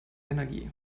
energie